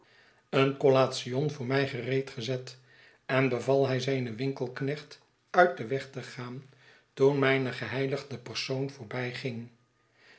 een collation voor mij gereedgezet en beval hij zijn winkelknecht uit den weg te gaan toen mijn geheiligde persoon